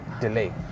delay